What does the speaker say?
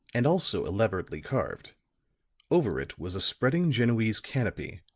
and also elaborately carved over it was a spreading genoese canopy,